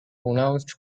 pronounced